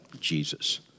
Jesus